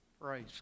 Praise